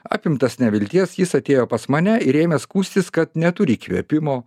apimtas nevilties jis atėjo pas mane ir ėmė skųstis kad neturi įkvėpimo